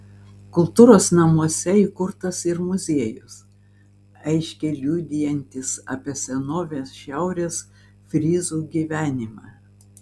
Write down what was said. kultūros namuose įkurtas ir muziejus aiškiai liudijantis apie senovės šiaurės fryzų gyvenimą